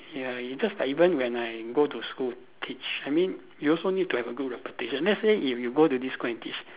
ya you just like even when I go to school teach I mean you also need to have a good reputation let's say you if you go to this school and teach